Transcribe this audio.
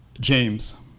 James